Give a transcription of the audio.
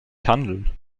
handeln